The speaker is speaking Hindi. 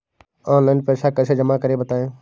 ऑनलाइन पैसा कैसे जमा करें बताएँ?